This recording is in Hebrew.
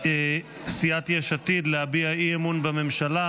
סיעת יש עתיד להביע אי-אמון בממשלה.